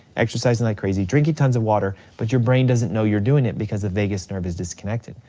exercising like crazy, drinking tons of water, but your brain doesn't know you're doing it because the vagus nerve is disconnected.